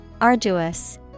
Arduous